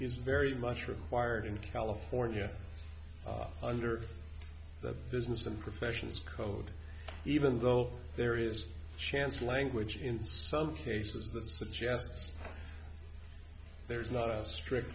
is very much required in california under the business and professions code even though there is chance language in some cases that suggests there's not a strict